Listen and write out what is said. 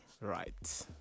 Right